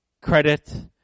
credit